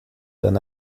d’un